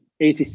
ACC